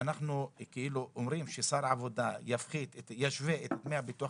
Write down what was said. שאנחנו אומרים ששר העבודה ישווה את דמי הביטוח